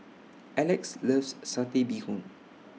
Elex loves Satay Bee Hoon